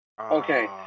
Okay